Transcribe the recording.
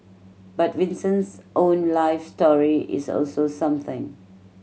but Vincent's own life story is also something